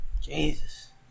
Jesus